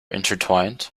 intertwined